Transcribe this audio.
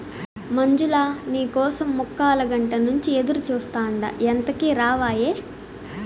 మంజులా, నీ కోసం ముక్కాలగంట నుంచి ఎదురుచూస్తాండా ఎంతకీ రావాయే